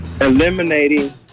Eliminating